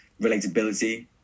relatability